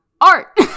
art